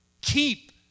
keep